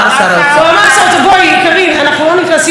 קארין, אנחנו לא נכנסים לקטנות.